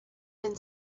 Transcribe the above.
been